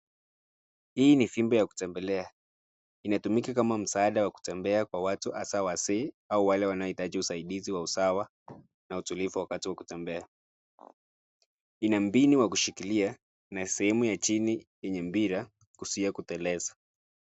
Hii ni fimbo ya kutembelea. Inatumika kama msaada wa kutembea kwa watu hasa wazee au wale wanaohitaji usaidizi wa usawa na utulivu wakati wa kutembea. Ina mpini wa kushikilia na sehemu ya chini yenye mpira kuzuia kuteleza.